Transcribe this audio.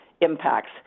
impacts